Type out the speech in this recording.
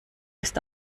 ist